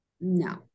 no